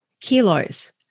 kilos